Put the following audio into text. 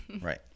right